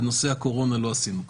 בנושא הקורונה לא עשינו כך.